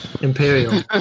Imperial